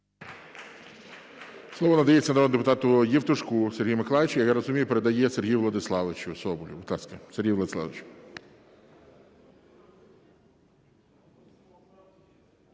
Слово надається народному депутату Євтушку Сергію Миколайовичу. Як я розумію, передає Сергію Владиславовичу Соболєву.